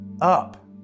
up